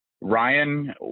Ryan